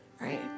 right